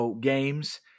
games